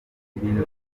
ibintu